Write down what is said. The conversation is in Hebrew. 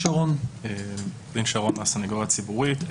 הסנגוריה הציבורית.